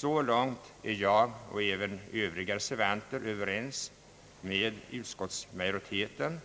Så långt är jag och även Övriga reservanter överens med utskottsmajoriteten.